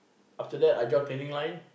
after that I join cleaning line